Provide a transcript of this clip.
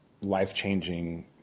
life-changing